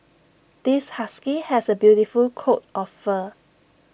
this husky has the beautiful coat of fur